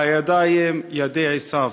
והידיים ידי עשיו.